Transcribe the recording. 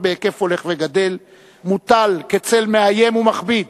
בהיקף הולך וגדל מוטל כצל מאיים ומכביד